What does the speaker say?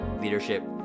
leadership